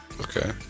Okay